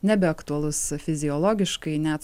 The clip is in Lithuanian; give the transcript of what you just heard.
nebeaktualus fiziologiškai net